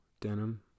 denim